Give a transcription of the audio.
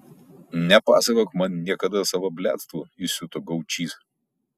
nepasakok man niekada savo bliadstvų įsiuto gaučys